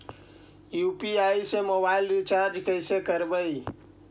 UPI से mobile recharge कैसे करबइ?